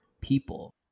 people